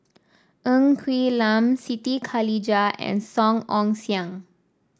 Ng Quee Lam Siti Khalijah and Song Ong Siang